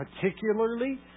particularly